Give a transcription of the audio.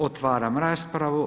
Otvaram raspravu.